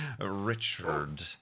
Richard